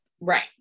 Right